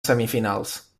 semifinals